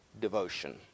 devotion